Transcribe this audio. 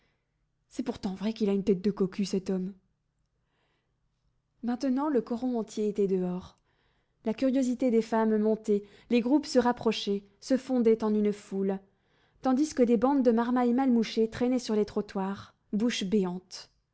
c'est pourtant vrai qu'il a une tête de cocu cet homme maintenant le coron entier était dehors la curiosité des femmes montait les groupes se rapprochaient se fondaient en une foule tandis que des bandes de marmaille mal mouchée traînaient sur les trottoirs bouche béante